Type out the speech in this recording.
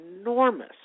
enormous